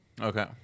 Okay